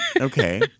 Okay